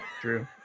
True